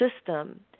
system